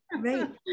right